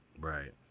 Right